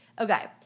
okay